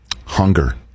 hunger